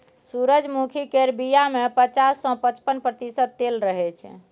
सूरजमुखी केर बीया मे पचास सँ पचपन प्रतिशत तेल रहय छै